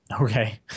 Okay